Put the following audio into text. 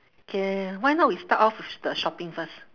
K why not we start off with the shopping first